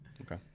Okay